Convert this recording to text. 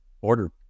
order